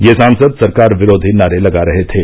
ये सांसद सरकार विरोधी नारे लगा रहे थे